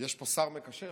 יש פה שר מקשר?